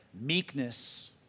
Meekness